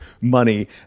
money